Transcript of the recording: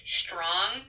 strong